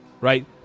right